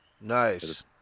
nice